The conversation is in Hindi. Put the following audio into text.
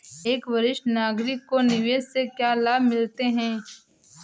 एक वरिष्ठ नागरिक को निवेश से क्या लाभ मिलते हैं?